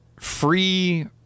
free